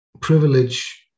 privilege